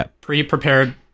pre-prepared